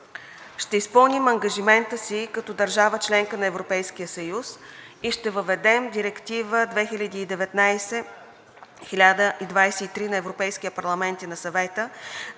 Ще изпълним ангажимента си като държава – членка на Европейския съюз, и ще въведем Директива 2019/1023 на Европейския парламент и на Съвета